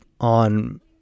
on